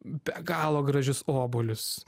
be galo gražius obuolius